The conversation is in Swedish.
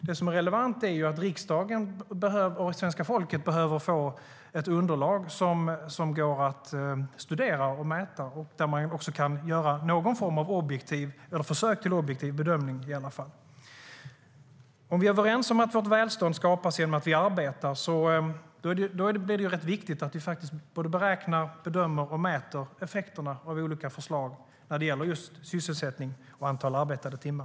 Det som är relevant är att riksdagen och svenska folket behöver få ett underlag som går att studera och mäta och där man kan göra någon form av objektiv bedömning, eller i alla fall ett försök till en sådan. Om vi är överens om att vårt välstånd skapas genom att vi arbetar är det ganska viktigt att vi beräknar, bedömer och mäter effekterna av olika förslag när det gäller just sysselsättning och antal arbetade timmar.